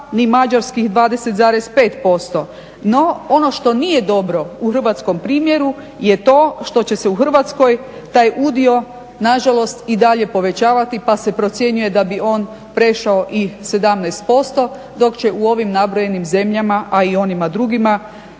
ni mađarskih 20,55. No ono što nije dobro u hrvatskom primjeru je to što će se u Hrvatskoj taj udio nažalost i dalje povećavati pa se procjenjuje da bi on prešao i 17% dok će u ovim nabrojenim zemljama a i onima drugima